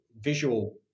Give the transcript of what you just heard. visual